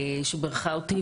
שבירכה אותי,